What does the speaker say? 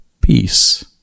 peace